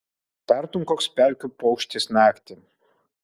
tartum koks pelkių paukštis naktį